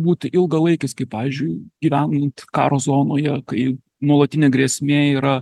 būt ilgalaikis kai pavyzdžiui gyvenant karo zonoje kai nuolatinė grėsmė yra